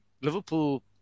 Liverpool